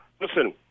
listen